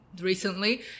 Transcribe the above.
recently